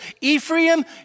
Ephraim